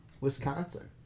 Wisconsin